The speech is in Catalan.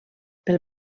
pel